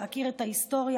להכיר את ההיסטוריה?